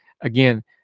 again